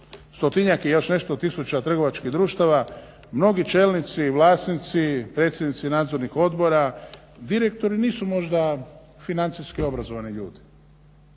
stotinjak i još nešto tisuća trgovačkih društava mnogi čelnici, vlasnici, predstavnici nadzornih odbora direktori nisu možda financijski obrazovani ljudi.